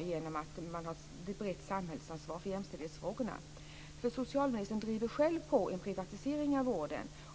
genom ett brett samhällsansvar för jämställdhetsfrågorna. Socialministern driver själv på en privatisering av vården.